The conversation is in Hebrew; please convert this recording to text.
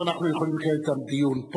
ואנחנו יכולים לקיים פה את הדיון.